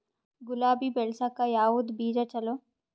ಗುಲಾಬಿ ಬೆಳಸಕ್ಕ ಯಾವದ ಬೀಜಾ ಚಲೋ?